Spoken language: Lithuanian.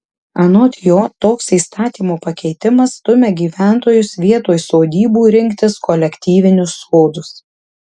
anot jo toks įstatymo pakeitimas stumia gyventojus vietoj sodybų rinktis kolektyvinius sodus